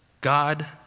God